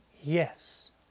Yes